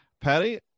Patty